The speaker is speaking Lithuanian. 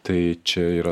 tai čia yra